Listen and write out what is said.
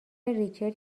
ریچل